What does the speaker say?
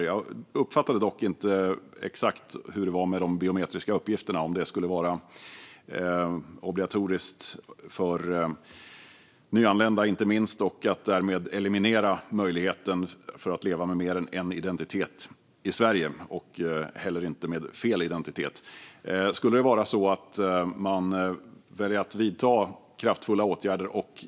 Jag uppfattade dock inte exakt hur det var med de biometriska uppgifterna, om detta skulle vara obligatoriskt för nyanlända, inte minst, och därmed eliminera möjligheten att leva med mer än en identitet och med fel identitet i Sverige.